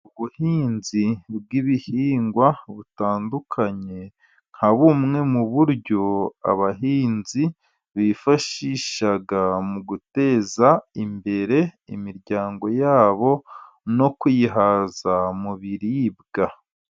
Ubuhinzi bw'ibihingwa butandukanye, nka bumwe mu buryo abahinzi bifashisha mu guteza imbere imiryango yabo no kuyihaza mu biribwa.